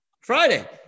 Friday